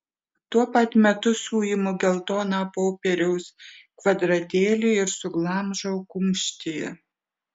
tuo pat metu suimu geltoną popieriaus kvadratėlį ir suglamžau kumštyje